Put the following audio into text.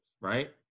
right